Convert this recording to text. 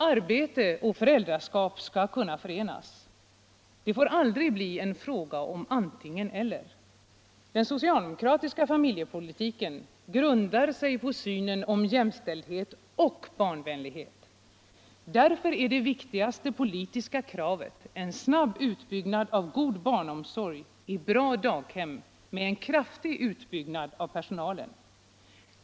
Arbete och föräldraskap skall kunna förenas. Det får aldrig blir en fråga om antingen-eller. Den socialdemokratiska familjepolitiken är grundad på synen om jämställdhet och barnvänlighet. Därför är det vik tigaste politiska kravet en snabb utbyggnad av god barnomsorg i bra daghem med en kraftig förstärkning av personalen.